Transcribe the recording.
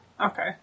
Okay